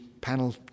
panel